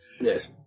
Yes